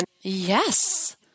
Yes